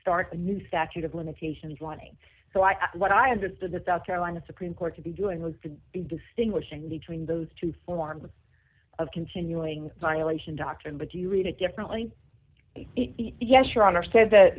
start a new statute of limitations wanting so i what i understood the south carolina supreme court to be doing was to be distinguishing between those two forms of continuing violation doctrine but you read it differently yes sure understand that